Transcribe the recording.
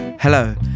Hello